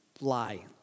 lie